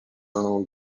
own